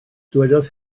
dywedodd